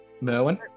Merwin